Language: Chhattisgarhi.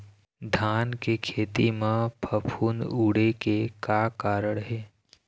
धान के खेती म फफूंद उड़े के का कारण हे?